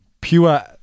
pure